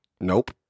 Nope